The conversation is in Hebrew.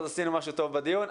עשינו משהו טוב בדיון.